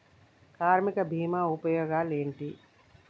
కార్మిక బీమా ఉపయోగాలేంటి?